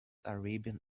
arabian